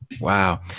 wow